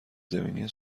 زمینی